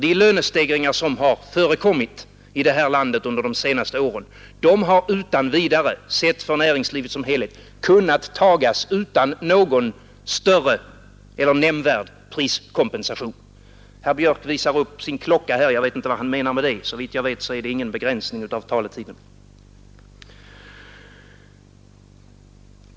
De lönestegringar som har förekommit under de senaste åren har nämligen utan vidare, om man ser på näringslivet i dess helhet, kunnat betalas utan någon större eller nämnvärd priskompensation. — Herr Björk i Göteborg visar upp sin klocka här. Jag vet inte vad han menar med det. Såvitt jag vet gäller ingen begränsning av taletiden.